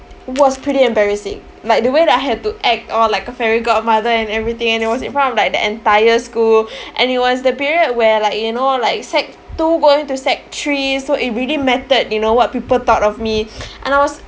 was pretty embarrassing like the way that I had to act all like a fairy godmother and everything and it was in front of like the entire school and it was the period where like you know like sec two going to sec three so it really mattered you know what people thought of me and I was